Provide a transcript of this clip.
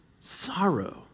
sorrow